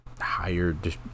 hired